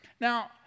Now